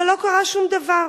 אבל לא קרה שום דבר.